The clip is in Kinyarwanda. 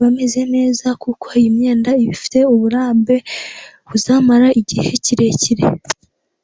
bameze neza, kuko iyi myenda iba ifite uburambe buzamara igihe kirekire.